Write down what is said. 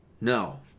No